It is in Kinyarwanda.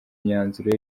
imyanzuro